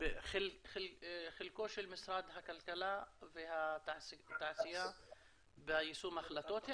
חלקו של משרד הכלכלה והתעשייה ביישום ההחלטות.